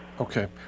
Okay